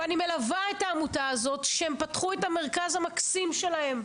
ואני מלווה את העמותה הזאת כשהם פתחו את המרכז המקסים שלהם,